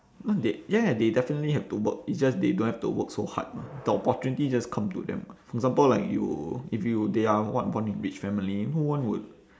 no they ya ya they definitely have to work it's just they don't have to work so hard mah the opportunity just come to them [what] for example like you if you they are what born in rich family no one would